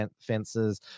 fences